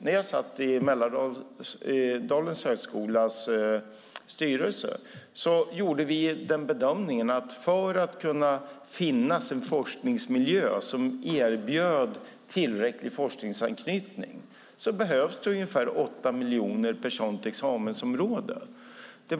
När jag satt i styrelsen för Mälardalens högskola gjorde vi bedömningen att för att kunna finnas i en forskningsmiljö som erbjöd tillräcklig forskningsanknytning behövdes det ca 8 miljoner kronor per examensområde.